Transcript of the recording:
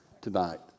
tonight